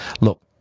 Look